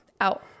out